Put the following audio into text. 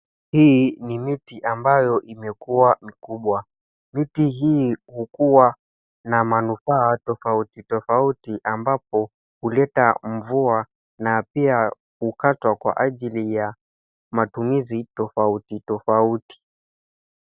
Hii ni miti ambayo imekuwa mikubwa. Miti hii hukuwa na manufaa tofauti tofauti ambapo huleta mvua na pia hukatwa kwa ajili ya matumizi tofauti tofauti.